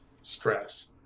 stress